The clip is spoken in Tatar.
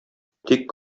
тик